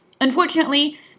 Unfortunately